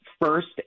first